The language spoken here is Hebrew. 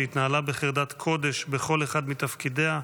שהתנהלה בחרדת קודש בכל אחד מתפקידיה,